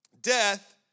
Death